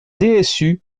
dsu